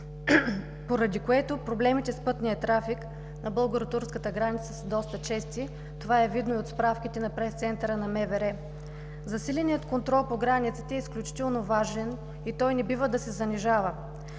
поради което проблемите с пътния трафик на българо-турската граница са доста чести. Това е видно и от справките на пресцентъра на Министерството на вътрешните работи. Засиленият контрол по границите е изключително важен и той не бива да се занижава.